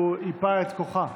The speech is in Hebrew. הוא ייפה את כוחה.